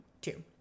two